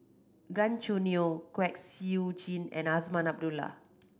Gan Choo Neo Kwek Siew Jin and Azman Abdullah